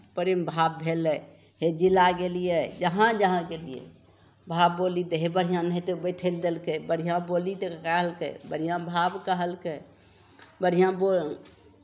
प्रेम भाव भेलै हेजिला गेलियै जहाँ जहाँ गेलियै भाव बोली दै हइ बढ़िआँ एनाहिते बैठय लए देलकै बढ़िआँ बोली देल कहलकै बढ़िआँ भाव कहलकै बढ़िआँ बोल